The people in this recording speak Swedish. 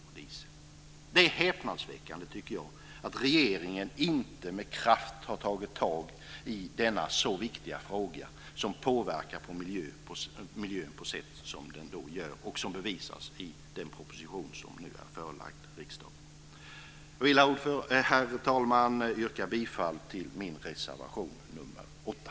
Jag tycker att det är häpnadsväckande att regeringen inte med kraft har tagit tag i denna så viktiga fråga som påverkar miljön på det sätt som sker och som bevisas i den proposition som nu är förelagd riksdagen. Herr talman! Jag vill yrka bifall till min reservation nr 8.